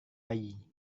bayi